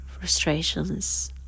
frustrations